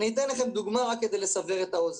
אתן לכם דוגמה, רק כדי לסבר את האוזן.